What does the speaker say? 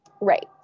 Right